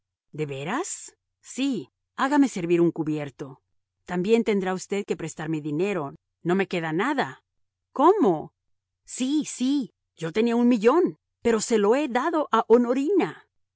de veras sí hágame servir un cubierto también tendrá usted que prestarme dinero no me queda nada cómo sí sí yo tenía un millón pero se lo he dado a honorina